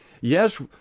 Yes